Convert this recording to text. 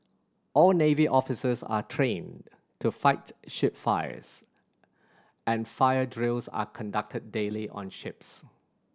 all navy officers are trained to fight ship fires and fire drills are conducted daily on ships